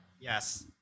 Yes